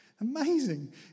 Amazing